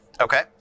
Okay